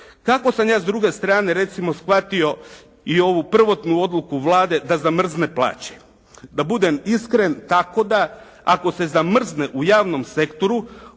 Kako sam ja s druge strane recimo shvatio i ovu prvotnu odluku Vlade da zamrzne plaće? Da budem iskren tako da ako se zamrzne u javnom sektoru